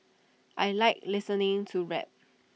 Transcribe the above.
I Like listening to rap